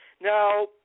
Now